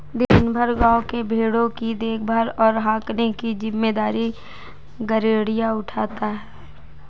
दिन भर गाँव के भेंड़ों की देखभाल और हाँकने की जिम्मेदारी गरेड़िया उठाता है